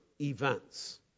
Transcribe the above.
events